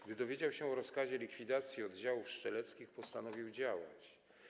Gdy dowiedział się o rozkazie likwidacji oddziałów strzeleckich, postanowił działać.